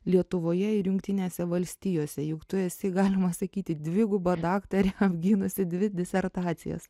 lietuvoje ir jungtinėse valstijose juk tu esi galima sakyti dviguba daktarė apgynusi dvi disertacijas